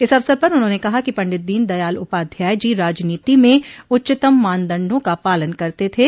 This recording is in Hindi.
इस अवसर पर उन्होंने कहा कि पंडित दीनदयाल उपाध्याय जी राजनीति में उच्चतम मानदंडा का पालन करते थे